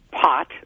Pot